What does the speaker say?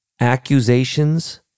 accusations